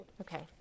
okay